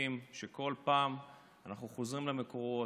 שמחים שבכל פעם אנחנו חוזרים למקורות,